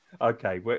Okay